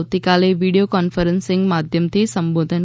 આવતીકાલે video conferencing માધ્યમથી સંબોધન કરશે